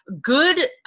good